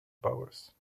powers